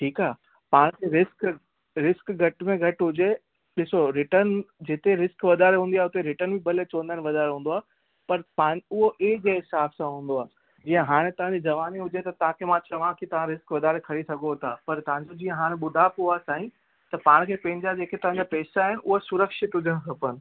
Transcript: ठीकु आहे पाण खे रिस्क रिस्क घटि में घटि हुजे ॾिसो रिटर्न जिते रिस्क वधारे हुंदी आहे उते रिटर्न भले चवंदा आहिनि वधारे हूंदो आहे पर पा उहो एज जे हिसाब सां हूंदो आहे जीअं हाणे तव्हांजी जवानी हुजे त तव्हांखे मां चवां की तव्हां रिस्क वधारे खणी सघो था पर तव्हांजी जीअं हाणे ॿुडापो आहे साईं त पाण खे पंहिंजा जेके तव्हांजा पेसा आहिनि उहे सुरक्षित हुजणु खपनि